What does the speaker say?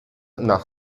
nach